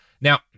now